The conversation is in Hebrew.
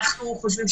אנו חושבים,